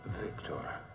victor